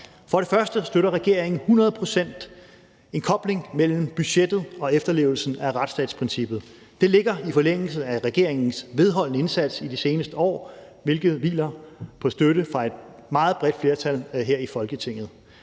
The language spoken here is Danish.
For det første støtter regeringen hundrede procent en kobling mellem budgettet og efterlevelsen af retsstatsprincippet. Det ligger i forlængelse af regeringens vedholdende indsats i de seneste år, hvilket hviler på støtte fra et meget bredt flertal her i Folketinget.